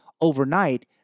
Overnight